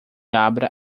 abra